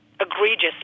egregious